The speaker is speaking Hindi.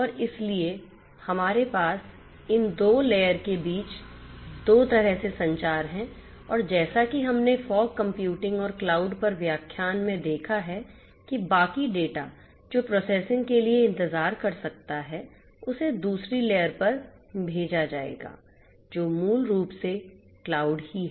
और इसलिए हमारे पास इन दो लेयर के बीच दो तरह से संचार है और जैसा कि हमने फोग कंप्यूटिंग और क्लाउड पर व्याख्यान में देखा है कि बाकी डेटा जो प्रोसेसिंग के लिए इंतजार कर सकता है उसे दूसरी लेयर पर भेजा जाएगा जो मूल रूप से क्लाउड ही है